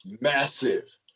massive